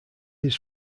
his